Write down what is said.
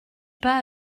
pas